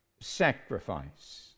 sacrifice